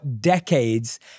decades